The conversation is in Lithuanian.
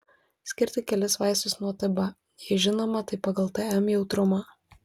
skirti kelis vaistus nuo tb jei žinoma tai pagal tm jautrumą